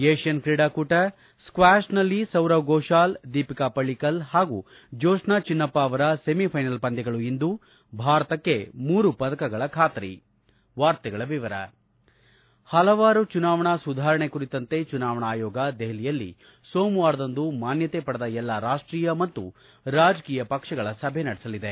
Asian ಕ್ರೀಡಾಕೂಟ ಸೌರವ್ ಘೋಷಾಲ್ ದೀಪಿಕಾ ಪಲ್ಲಿಕಲ್ ಹಾಗೂ ಜೋತ್ನಾ ಚಿನ್ನಪ್ಪ ಅವರ ಸೆಮಿಫ್ಲೆನಲ್ ಪಂದ್ಲಗಳು ಇಂದು ಭಾರತಕ್ಕೆ ಮೂರು ಪದಕಗಳ ಖಾತರಿ ಹಲವಾರು ಚುನಾವಣಾ ಸುಧಾರಣೆ ಕುರಿತಂತೆ ಚುನಾವಣಾ ಆಯೋಗ ದೆಹಲಿಯಲ್ಲಿ ಸೋಮವಾರದಂದು ಮಾನ್ನತೆ ಪಡೆದ ಎಲ್ಲಾ ರಾಷ್ಷೀಯ ಮತ್ತು ರಾಜಕೀಯ ಪಕ್ಷಗಳ ಸಭೆ ನಡೆಸಲಿದೆ